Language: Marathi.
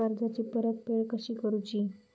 कर्जाची परतफेड कशी करूची?